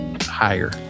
higher